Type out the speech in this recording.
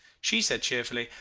she said cheerfully,